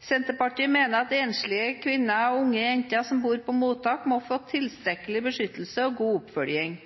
Senterpartiet mener at enslige kvinner og unge jenter som bor på mottak, må få tilstrekkelig beskyttelse og god oppfølging.